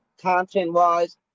content-wise